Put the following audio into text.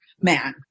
Man